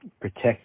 protect